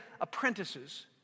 apprentices